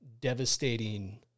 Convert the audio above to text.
devastating